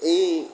ଏହି